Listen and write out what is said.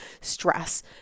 stress